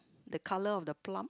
the colour of the plum